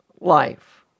life